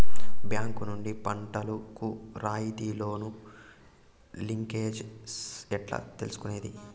Bank నుండి పంటలు కు రాయితీ లోను, లింకేజస్ ఎట్లా తీసుకొనేది?